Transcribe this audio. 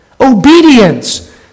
Obedience